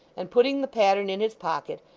and putting the pattern in his pocket,